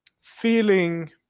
feeling